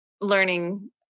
learning